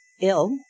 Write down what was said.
ill